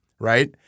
right